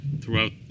throughout